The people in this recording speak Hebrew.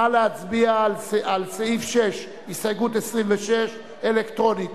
נא להצביע על סעיף 6, הסתייגות 26, אלקטרונית.